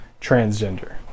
transgender